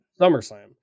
SummerSlam